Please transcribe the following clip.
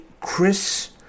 chris